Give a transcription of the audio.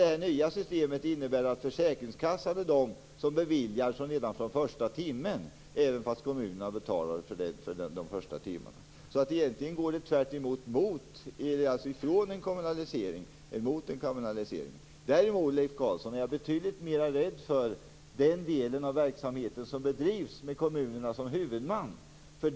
Det nya systemet innebär att försäkringskassan beviljar detta redan från första timmen även om kommunerna betalar för de första timmarna. Egentligen går detta alltså mera från en kommunalisering än mot en kommunalisering. Däremot, Leif Carlson, är jag betydligt mer rädd för den del av verksamheten som bedrivs med kommunerna som huvudman.